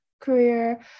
career